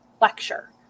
lecture